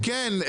כן,